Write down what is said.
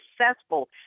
successful